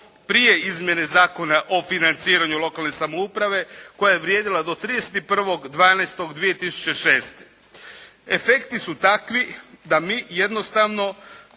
prije izmjene Zakona o financiranju lokalne samouprave koja je vrijedila do 31.12.2006. Efekti su takvi da mi jednostavno